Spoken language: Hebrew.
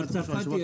מר צרפתי,